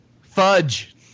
Fudge